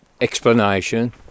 explanation